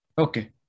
Okay